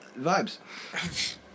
vibes